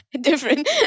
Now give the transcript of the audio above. different